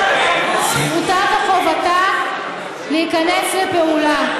זכותה וחובתה להיכנס לפעולה.